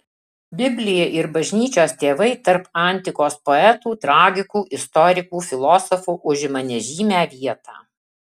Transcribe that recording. biblija ir bažnyčios tėvai tarp antikos poetų tragikų istorikų filosofų užima nežymią vietą